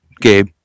Gabe